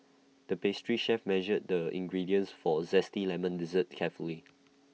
the pastry chef measured the ingredients for A Zesty Lemon Dessert carefully